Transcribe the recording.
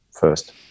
first